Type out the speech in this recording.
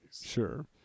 Sure